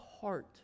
heart